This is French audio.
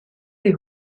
les